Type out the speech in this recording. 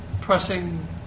pressing